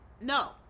no